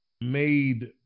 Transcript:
made